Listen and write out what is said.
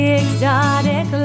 exotic